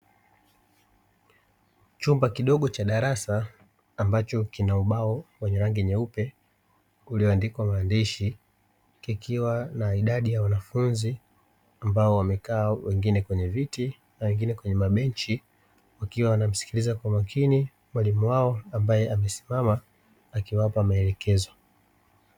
Chumba kidogo cha darasa amabacho kina ubao wenye rangi nyeupe ulioandikwa maandishi, kikiwa na idadi ya wanafunzi ambao wamekaa wengine kwenye viti na wengine kwenye mabenchi, wakiwa wanamsikiliza kwa makini mwalimu wao ambae amesimama akiwapa maelekezo.